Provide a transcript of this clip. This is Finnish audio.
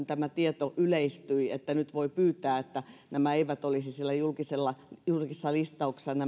tämä tieto että nyt voi pyytää että yli sadantuhannen verotettavat tulot eivät olisi julkisessa listauksessa